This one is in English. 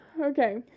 Okay